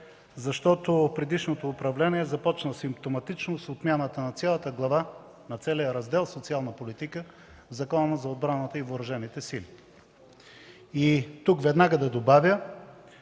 защото предишното управление започна симптоматично с отмяната на целия Раздел „Социална политика” в Закона за отбраната и въоръжените сили. Тук веднага да добавя,